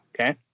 okay